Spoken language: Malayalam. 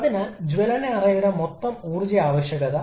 അതിനാൽ അവയിലൊന്ന് നമ്മൾ തിരഞ്ഞെടുക്കണംആവശ്യകത